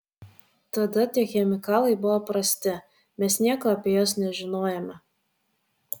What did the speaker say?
tada tie chemikalai buvo prasti mes nieko apie juos nežinojome